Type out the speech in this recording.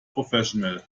professional